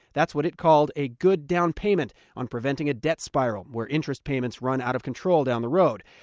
that's what it called a good down-payment on preventing a debt spiral where interest payments run out of control down the road.